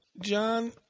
John